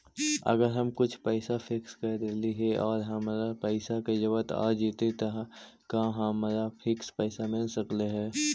अगर हम कुछ पैसा फिक्स कर देली हे और हमरा पैसा के जरुरत आ जितै त का हमरा फिक्स पैसबा मिल सकले हे?